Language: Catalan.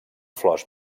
flors